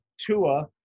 Tua